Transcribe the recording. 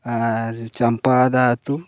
ᱟᱨ ᱪᱟᱢᱯᱟᱫᱟ ᱟᱛᱳ